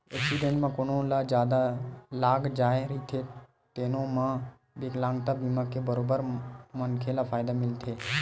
accident म कोनो ल जादा लाग जाए रहिथे तेनो म बिकलांगता बीमा के बरोबर मनखे ल फायदा मिलथे